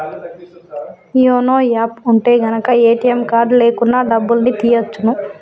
YONO app ఉంటె గనక ATM card లేకున్నా డబ్బుల్ని తియ్యచ్చును